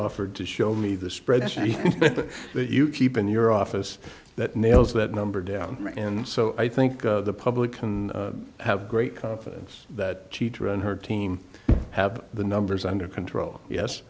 offered to show me the spreadsheet that you keep in your office that nails that number down and so i think the public can have great confidence that cheater and her team have the numbers under control yes